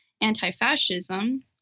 anti-fascism